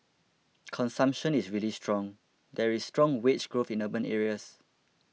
consumption is really strong there is strong wage growth in urban areas